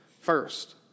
First